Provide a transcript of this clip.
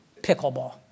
Pickleball